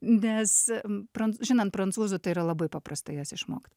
nes em pran žinant prancūzų tai yra labai paprasta jas išmokt